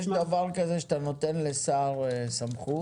יש דבר כזה שאתה נותן לשר סמכות,